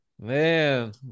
Man